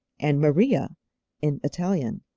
and maria in italian,